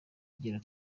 igira